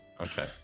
Okay